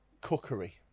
cookery